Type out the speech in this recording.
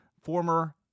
former